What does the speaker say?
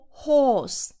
horse